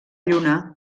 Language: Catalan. lluna